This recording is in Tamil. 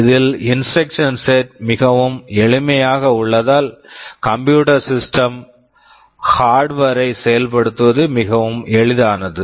இதில் இன்ஸ்ட்ரக்சன் செட் instruction set மிகவும் எளிமையாக உள்ளதால் computer system computer system hardware hardware ஐ செயல்படுத்துவது மிகவும் எளிதானது